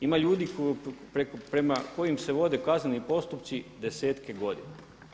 Ima ljudi prema kojim se vode kazneni postupci desetke godina.